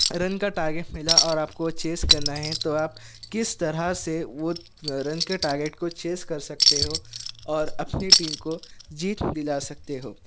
رن کا ٹارگٹ ملا اور آپ کو وہ چیز کرنا ہے تو آپ کس طرح سے وہ رن کے ٹارگیٹ کو چیز کر سکتے ہو اور اپنی ٹیم کو جیت دلا سکتے ہو